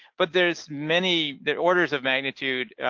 but there's many the orders of magnitude,